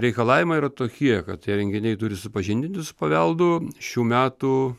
reikalavimai yra tokie kad tie renginiai turi supažindinti su paveldu šių metų